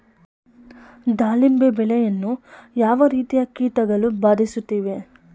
ದಾಳಿಂಬೆ ಬೆಳೆಯನ್ನು ಯಾವ ರೀತಿಯ ಕೀಟಗಳು ಬಾಧಿಸುತ್ತಿವೆ?